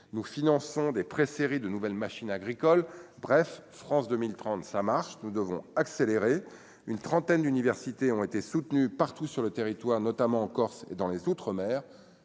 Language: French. nous finançons des pré-séries de nouvelles machines agricoles, bref, France 2030, ça marche, nous devons accélérer une trentaine d'universités ont été soutenues partout sur le territoire, notamment en Corse et dans les outre-mer